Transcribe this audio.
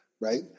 right